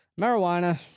marijuana